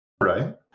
right